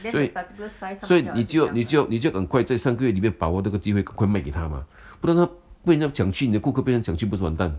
所以所以你就要你就你就赶快在这个三个月里面把握这个机会会卖给他吗不然他被人家强去你的顾客被别人抢去不是完蛋